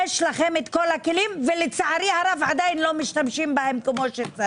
יש לכם כל הכלים ולצערי הרב עדיין לא משתמשים בהם כמו שצריך.